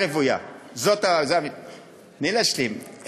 תני להשלים.